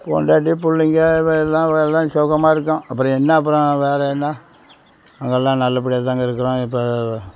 பொண்டாட்டி பிள்ளைங்க எல்லாம் எல்லாம் சுகமா இருக்கோம் அப்புறம் என்ன அப்புறம் வேற என்ன அதெல்லாம் நல்லபடியாக தாங்க இருக்கிறோம் இப்போது